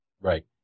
Right